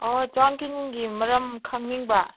ꯑꯣ ꯆꯨꯔꯥꯡꯀꯤꯟꯒꯤ ꯃꯔꯝ ꯈꯪꯅꯤꯡꯕ